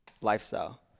lifestyle